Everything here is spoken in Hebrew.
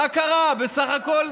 מה קרה בסך הכול?